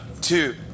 two